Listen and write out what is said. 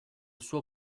suo